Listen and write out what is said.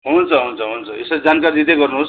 हुन्छ हुन्छ हुन्छ यसरी जानकारी दिँदै गर्नुहोस्